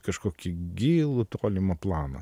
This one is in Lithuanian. kažkokį gilų tolimą planą